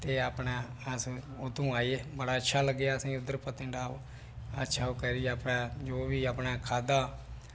ते अपने अस उत्थूं आए ते बड़ा अच्छा लग्गेआ उद्धर पतनीटाप अच्छा करियै जो बी अपने खाद्धा